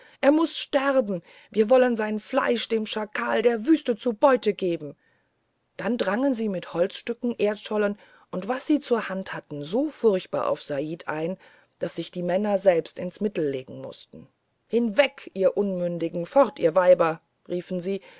er muß sterben wir wollen sein fleisch dem schakal der wüste zur beute geben dann drangen sie mit holzstücken erdschollen und was sie zur hand hatten so furchtbar auf said ein daß sich die räuber selbst ins mittel legen mußten hinweg ihr unmündigen fort ihr weiber riefen sie